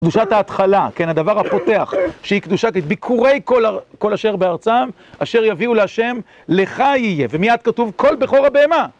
קדושת ההתחלה, כן, הדבר הפותח, שהיא קדושה, את ביכורי כל אשר בארצם, אשר יביאו להשם, לך יהיה, ומיד כתוב, כל בכור הבהמה.